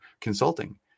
consulting